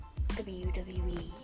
WWE